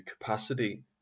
capacity